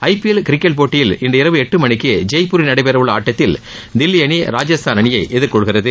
IPL cricket போட்டியில் இன்று இரவு எட்டு மணிக்கு ஜெப்பூரில் நடைபெறவுள்ள ஆட்டத்தில் தில்லி அணி ராஜஸ்தான் அணியை எதிர்கொள்கிறது